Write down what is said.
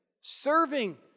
Serving